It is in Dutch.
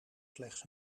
slechts